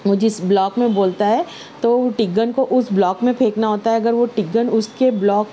وہ جس بلاک میں بولتا ہے تو ٹگن کو اس بلاک میں پھینکنا ہوتا ہے اگر وہ ٹگن اس کے بلاک